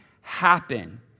happen